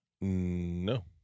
No